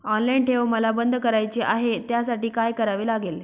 Online ठेव मला बंद करायची आहे, त्यासाठी काय करावे लागेल?